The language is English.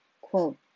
quote